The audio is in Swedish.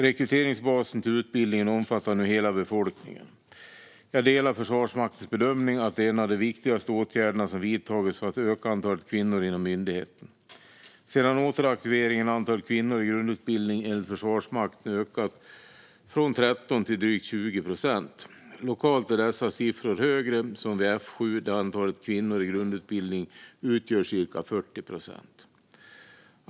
Rekryteringsbasen till utbildningen omfattar nu hela befolkningen. Jag delar Försvarsmaktens bedömning att det är en av de viktigaste åtgärderna som vidtagits för att öka antalet kvinnor inom myndigheten. Sedan återaktiveringen har antalet kvinnor i grundutbildning enligt Försvarsmakten ökat från cirka 13 procent till drygt 20 procent. Lokalt är dessa siffror högre, som vid F 7 där antalet kvinnor i grundutbildning utgör cirka 40 procent.